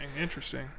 Interesting